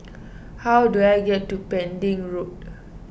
how do I get to Pending Road